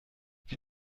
wie